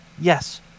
yes